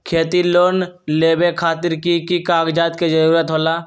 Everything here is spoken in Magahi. खेती लोन लेबे खातिर की की कागजात के जरूरत होला?